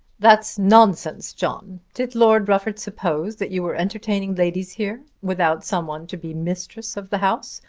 that's nonsense, john. did lord rufford suppose that you were entertaining ladies here without some one to be mistress of the house?